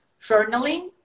journaling